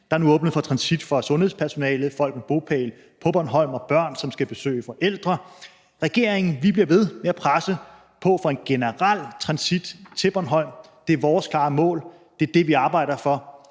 Der er nu åbnet for transit for sundhedspersonale, folk med bopæl på Bornholm og børn, som skal besøge forældre. Vi i regeringen bliver ved med at presse på for en generel transit til Bornholm. Det er vores klare mål. Det er det, vi arbejder for.